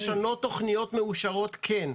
לשנות תכניות מאושרות כן.